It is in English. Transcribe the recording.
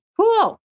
cool